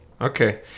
Okay